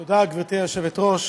תודה, גברתי היושבת-ראש.